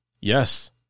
Yes